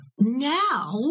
now